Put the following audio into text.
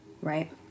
Right